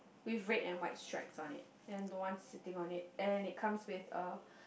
with red and white stripes on it and no one sitting on it and it comes with a